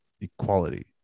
equality